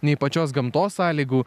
nei pačios gamtos sąlygų